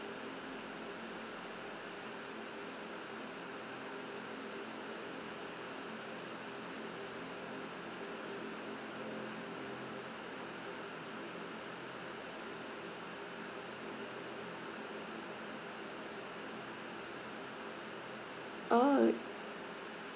oh